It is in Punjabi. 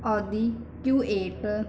ਔਦੀ ਕਿਊ ਏਟ